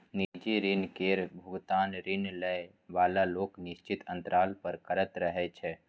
निजी ऋण केर भोगतान ऋण लए बला लोक निश्चित अंतराल पर करैत रहय छै